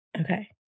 Okay